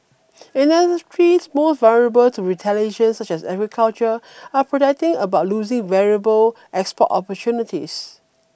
and industries most vulnerable to retaliation such as agriculture are protesting about losing valuable export opportunities